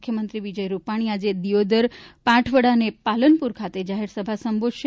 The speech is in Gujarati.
મુખ્યમંત્રી વિજય રૂપાણી આજે દિયોદર પાંઠાવડા અને પાલનપુર ખાતે જાહેરસભા સંબોધશે